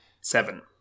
seven